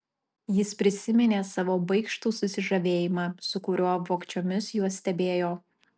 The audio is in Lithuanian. jis prisiminė savo baikštų susižavėjimą su kuriuo vogčiomis juos stebėjo